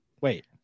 wait